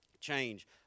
change